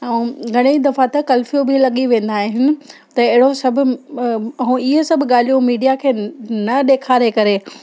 ऐं घणेई दफ़ा त कर्फ़ियू बि लॻी वेंदा आहिनि त अहिड़ो सभु इहो सभु ॻाल्हियूं मीडिया खे न ॾेखारे करे